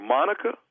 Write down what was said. Monica